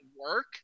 work